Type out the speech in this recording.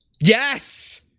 Yes